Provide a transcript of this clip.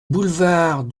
boulevard